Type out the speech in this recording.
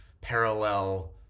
parallel